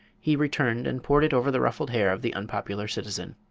he returned and poured it over the ruffled hair of the unpopular citizen.